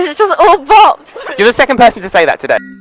just just all bops. you're the second person to say that today.